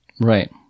Right